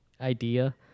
idea